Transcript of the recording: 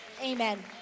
Amen